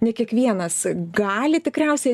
ne kiekvienas gali tikriausiai